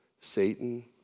Satan